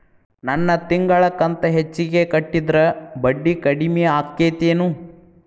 ನನ್ ತಿಂಗಳ ಕಂತ ಹೆಚ್ಚಿಗೆ ಕಟ್ಟಿದ್ರ ಬಡ್ಡಿ ಕಡಿಮಿ ಆಕ್ಕೆತೇನು?